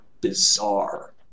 bizarre